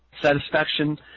satisfaction